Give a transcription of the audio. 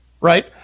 Right